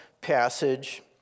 passage